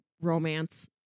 romance